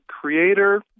creator